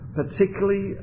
particularly